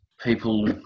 people